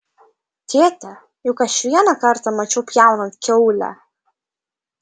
tėte juk aš vieną kartą mačiau pjaunant kiaulę